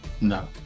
No